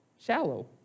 shallow